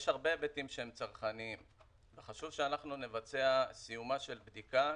יש הרבה היבטים שהם צרכניים וחשוב שאנחנו נבצע סיומה של בדיקה.